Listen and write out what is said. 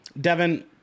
Devin